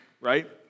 Right